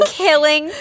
killing